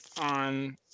on –